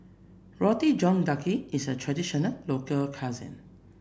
Roti John Daging is a traditional local cuisine